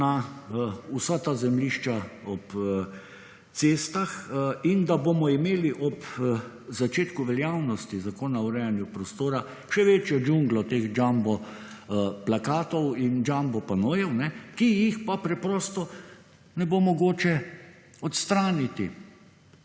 na vsa ta zemljišča ob cestah in da bomo imeli ob začetku veljavnosti zakona o urejanju prostora še večjo džunglo teh jumbo plakatov in jumbo panojev, ki jih pa preprosto ne bo mogoče odstraniti,